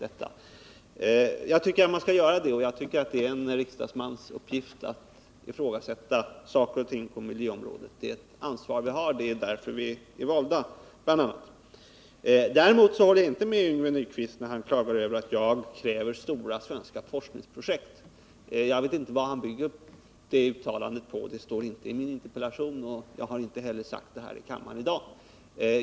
Jag tycker att man skall ifrågasätta. Det är en riksdagsmans uppgift att ifrågasätta saker och ting på miljöområdet. Det är ett ansvar som vi har, det är bl.a. därför vi är valda. Däremot håller jag inte med Yngve Nyquist när han klagar över att jag kräver stora svenska forskningsprojekt. Jag vet inte vad han bygger det uttalandet på — det står inte i min interpellation, och jag har inte heller sagt det här i kammaren i dag.